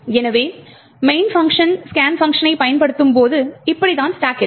எனவே main function scan பங்க்ஷனைப் பயன்படுத்தும்போது இப்படி தான் ஸ்டாக் இருக்கும்